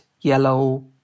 yellow